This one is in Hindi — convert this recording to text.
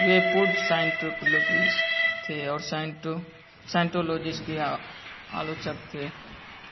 वे पूर्व थे और साइंटोलॉजी के आलोचक थे